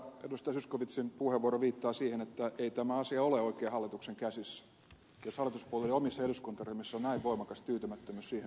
zyskowiczin puheenvuoro viittaa siihen että ei tämä asia ole oikein hallituksen käsissä jos hallituspuolueiden omissa eduskuntaryhmissä on näin voimakas tyytymättömyys siihen mitä tehdään